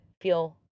feel